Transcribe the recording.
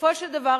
בסופו של דבר,